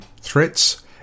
threats